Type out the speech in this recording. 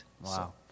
Wow